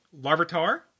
Larvitar